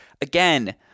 again